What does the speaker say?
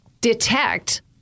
detect